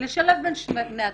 לשלב בין שני הדברים,